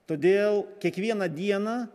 todėl kiekvieną dieną